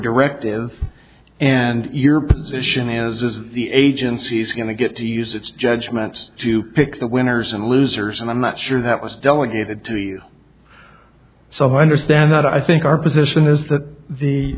directive and your position is of the agencies are going to get to use its judgment to pick the winners and losers and i'm not sure that was delegated to the so i understand that i think our position is that the